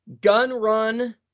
gun-run